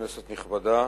כנסת נכבדה,